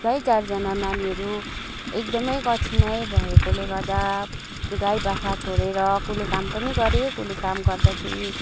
है चारजाना नानीहरू एकदमै कठिनै भएकोले गर्दा गाई बाख्रा छोडेर कुल्ली काम पनि गरेँ कुल्ली काम गर्दाखेरि